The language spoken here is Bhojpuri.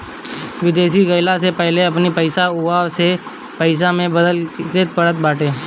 विदेश गईला से पहिले अपनी पईसा के उहवा के पईसा में बदले के पड़त बाटे